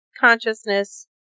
consciousness